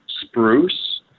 spruce